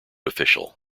official